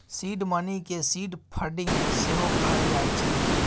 seed money केँ seed funding सेहो कहल जाइ छै